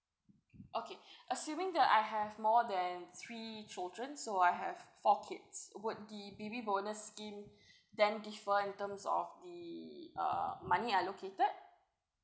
okay assuming that I have more than three children so I have four kids would the baby bonus scheme then differ in terms of the uh money allocated